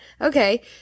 Okay